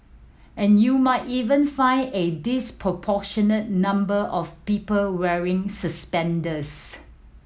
and you might even find a disproportionate number of people wearing suspenders